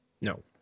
No